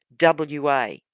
WA